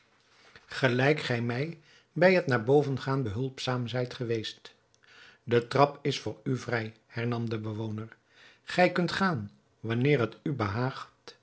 gelijk gij mij bij het naar boven gaan behulpzaam zijt geweest de trap is voor u vrij hernam de bewoner gij kunt gaan wanneer het